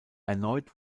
erneut